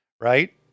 right